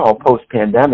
post-pandemic